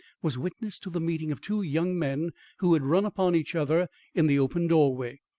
was witness to the meeting of two young men who had run upon each other in the open doorway.